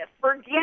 forget